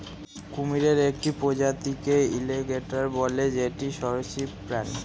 কুমিরের একটি প্রজাতিকে এলিগেটের বলে যেটি সরীসৃপ প্রাণী